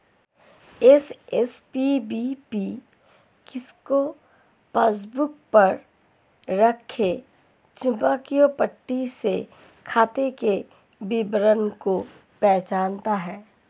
SSPBP kiosk passbook पर रखे चुंबकीय पट्टी से खाते के विवरण को पहचानता है